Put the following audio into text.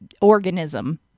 organism